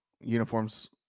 uniforms